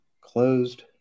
closed